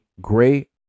great